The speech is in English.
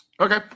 Okay